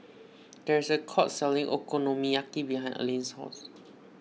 there is a food court selling Okonomiyaki behind Aleen's house